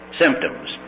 symptoms